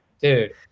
Dude